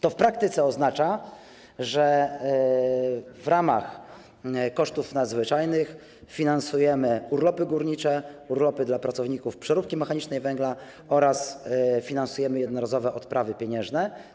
To w praktyce oznacza, że w ramach kosztów nadzwyczajnych finansujemy urlopy górnicze, urlopy dla pracowników zakładu przeróbki mechanicznej węgla oraz jednorazowe odprawy pieniężne.